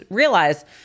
realize